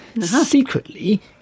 Secretly